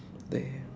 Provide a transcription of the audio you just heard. there